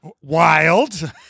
wild